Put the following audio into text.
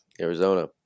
Arizona